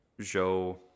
Joe